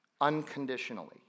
unconditionally